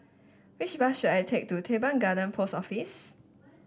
which bus should I take to Teban Garden Post Office